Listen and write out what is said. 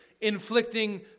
Inflicting